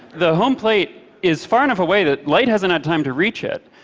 the home plate is far enough away that light hasn't had time to reach it,